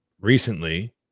recently